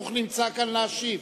ההתרשמות שלי.